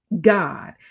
God